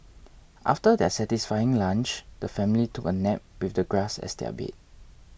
after their satisfying lunch the family took a nap with the grass as their bed